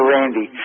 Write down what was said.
Randy